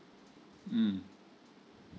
mm